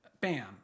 bam